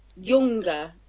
younger